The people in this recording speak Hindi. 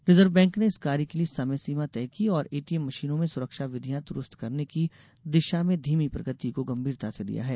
रिजर्व बैंक ने इस कार्य के लिए समय सीमा तय की और एटीएम मशीनों में सुरक्षा विधियां दुरुस्त करने की दिशा में धीमी प्रगति को गंभीरता से लिया है